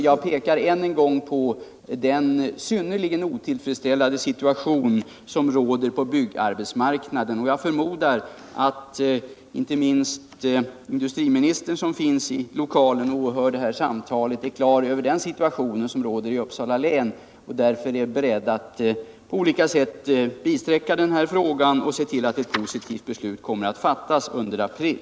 Jag pekar slutligen än en gång på den synnerligen otillfredsställande situation som råder på bl.a. byggarbetsmarknaden. Jag förmodar att inte minst industriministern — som finns i kammaren och åhör det här samtalet —- har klart för sig vilken situation som existerar på arbetsmarknaden i Uppsala län och därför är beredd att på olika sätt medverka i den här frågan samt se till att ett positivt beslut kommer att fattas under april.